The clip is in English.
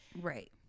right